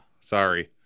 Sorry